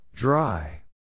Dry